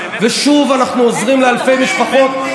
ושוב אנחנו עוזרים לאלפי משפחות.